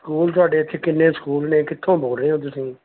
school ਤੁਹਾਡੇ ਇੱਥੇ ਕਿੰਨੇ ਸਕੂਲ ਨੇ ਕਿੱਥੋਂ ਬੋਲ ਰਹੇ ਹੋ ਤੁਸੀਂ